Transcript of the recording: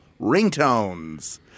Ringtones